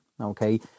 okay